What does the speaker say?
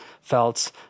felt